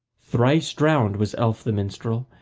thrice drowned was elf the minstrel,